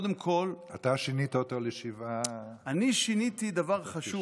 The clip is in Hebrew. אתה שינית אותו לשבעה, אני שיניתי דבר חשוב,